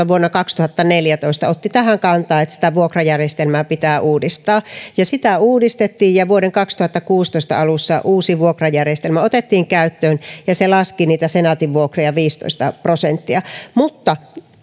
vuonna kaksituhattaneljätoista otti tähän kantaa että sitä vuokrajärjestelmää pitää uudistaa ja sitä uudistettiin vuoden kaksituhattakuusitoista alussa uusi vuokrajärjestelmä otettiin käyttöön ja se laski senaatin vuokria viisitoista prosenttia mutta